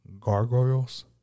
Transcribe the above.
Gargoyles